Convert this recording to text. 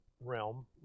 realm